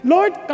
Lord